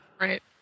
Right